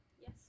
Yes